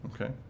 Okay